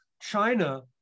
China